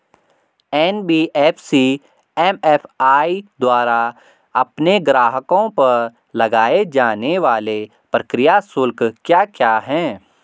NBFC MFI द्वारा अपने ग्राहकों पर लगाए जाने वाले प्रक्रिया शुल्क क्या क्या हैं?